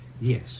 Yes